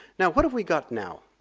now, what have we got now?